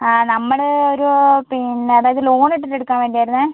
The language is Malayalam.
ആ നമ്മൾ ഒരു പിന്ന അതായത് ലോൺ ഇട്ടിട്ട് എടുക്കാൻ വേണ്ടി ആയിരുന്നേ